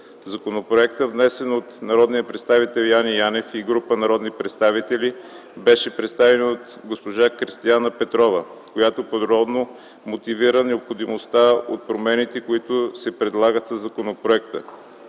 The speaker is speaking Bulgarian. Законопроектът, внесен от народния представител Яне Янев и група народни представители, беше представен от госпожа Кристияна Петрова, която подробно мотивира необходимостта от промените, които се предлагат със законопроекта,